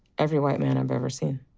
every white man i've ever seen.